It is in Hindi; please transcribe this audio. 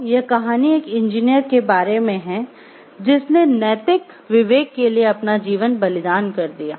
तो यह कहानी एक इंजीनियर के बारे में है जिसने नैतिक विवेक के लिए अपना जीवन बलिदान कर दिया